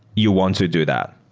you want to do that,